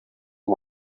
one